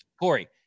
Corey